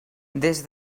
des